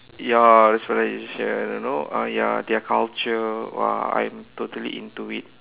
ya the civilisation you know ah ya their culture !wah! I'm totally into it